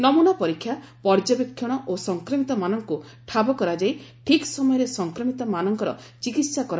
ନମୁନା ପରୀକ୍ଷା ପର୍ଯ୍ୟବେକ୍ଷଣ ଓ ସଂକ୍ରମିତମାନଙ୍କୁ ଠାବ କରାଯାଇ ଠିକ୍ ସମୟରେ ସଂକ୍ରମିତମାନଙ୍କର ଚିକିିିିି